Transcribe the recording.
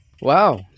Wow